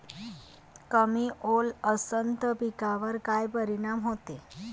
कमी ओल असनं त पिकावर काय परिनाम होते?